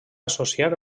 associar